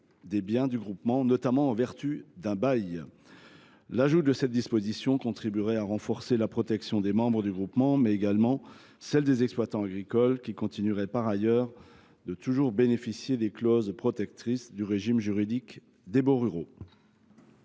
des biens du groupement, notamment en vertu d’un bail. L’ajout de cette disposition contribuerait à renforcer la protection non seulement des membres du groupement, mais également des exploitants agricoles, qui continueraient par ailleurs toujours de bénéficier des clauses protectrices du régime juridique des baux ruraux.